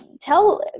tell